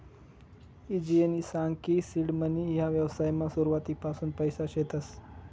ईजयनी सांग की सीड मनी ह्या व्यवसायमा सुरुवातपासून पैसा शेतस